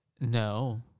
No